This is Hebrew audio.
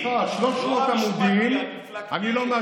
אין, אין.